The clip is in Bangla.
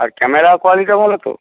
আর ক্যামেরা কোয়ালিটিটা ভালো তো